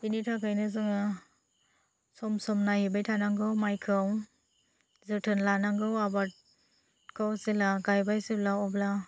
बिनि थाखायनो जोङो सम सम नायहैबाय थानांगौ मायखौ जोथोन लानांगौ आबादखौ जेब्ला गायबाय जेब्ला अब्ला